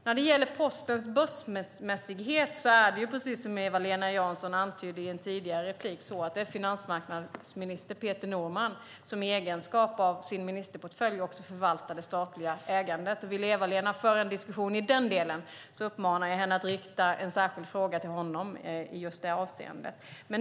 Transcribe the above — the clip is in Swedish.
När det gäller Postens börsmässighet är det, precis som Eva-Lena Jansson antydde i ett tidigare inlägg, finansmarknadsminister Peter Norman som i egenskap av ansvarig för sin ministerportfölj förvaltar det statliga ägandet. Vill Eva-Lena Jansson föra en diskussion i den delen uppmanar jag henne att rikta en särskild fråga till honom i just det avseendet.